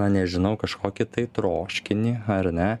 na nežinau kažkokį tai troškinį ar ne